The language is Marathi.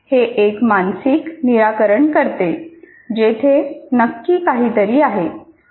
हे एक मानसिक निराकरण करते जेथे नक्की काहीतरी आहे